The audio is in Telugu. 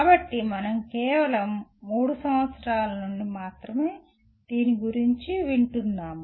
కాబట్టి మనం కేవలం 3 సంవత్సరాలు నుండి మాత్రమే దీని గురించి వింటున్నాం